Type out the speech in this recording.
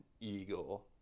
eagle